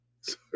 sorry